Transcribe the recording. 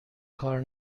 کار